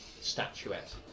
statuette